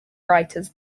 writers